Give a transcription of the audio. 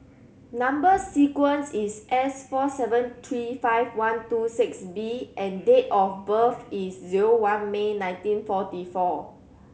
number sequence is S four seven three five one two six B and date of birth is zero one May nineteen forty four